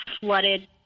flooded